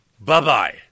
bye-bye